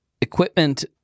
Equipment